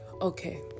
okay